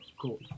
cool